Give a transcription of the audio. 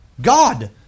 God